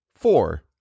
four